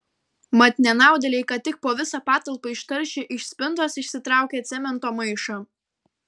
mat nenaudėliai ką tik po visą patalpą ištaršė iš spintos išsitraukę cemento maišą